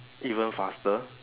even faster